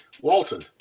Walton